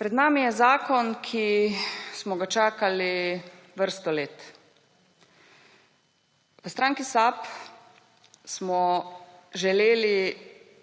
Pred nami je zakon, ki smo ga čakali vrsto let. V stranki SAB smo želeli